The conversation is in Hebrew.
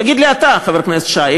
תגיד לי אתה, חבר הכנסת שי.